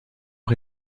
aux